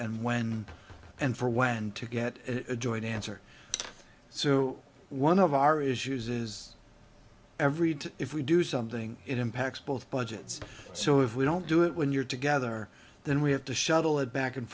and when and for when to get a joint answer so one of our issues is every day if we do something it impacts both budgets so if we don't do it when you're together then we have to shuttle it back and